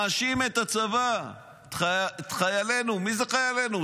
מאשים את הצבא, את חיילינו, מי אלה חיילינו?